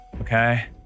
Okay